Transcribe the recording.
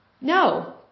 No